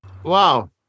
Wow